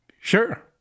Sure